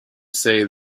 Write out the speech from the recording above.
say